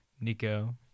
Nico